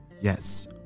Yes